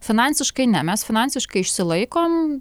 finansiškai ne mes finansiškai išsilaikom